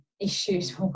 issues